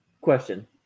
question